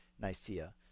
Nicaea